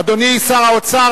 אדוני שר האוצר,